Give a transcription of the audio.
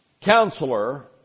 Counselor